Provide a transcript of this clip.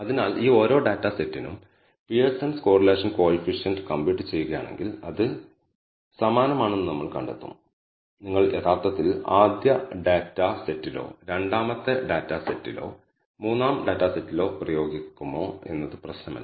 അതിനാൽ ഈ ഓരോ ഡാറ്റാ സെറ്റിനും പിയേഴ്സന്റെ കോറിലേഷൻ കോയിഫിഷ്യന്റ് കമ്പ്യൂട്ട് ചെയ്യുകയാണെങ്കിൽ അത് സമാനമാണെന്ന് നമ്മൾ കണ്ടെത്തും നിങ്ങൾ യഥാർത്ഥത്തിൽ ആദ്യ ഡാറ്റാ സെറ്റിലോ രണ്ടാമത്തെ ഡാറ്റാ സെറ്റിലോ മൂന്നാം ഡാറ്റാ സെറ്റിലോ പ്രയോഗിക്കുമോ എന്നത് പ്രശ്നമല്ല